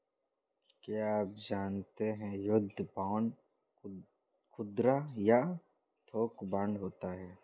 क्या आप जानते है युद्ध बांड खुदरा या थोक बांड होते है?